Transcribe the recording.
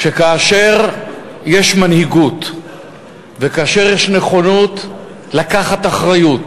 שכאשר יש מנהיגות וכאשר יש נכונות לקחת אחריות,